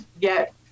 get